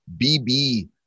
bb